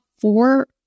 four